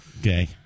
Okay